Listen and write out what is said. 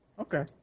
okay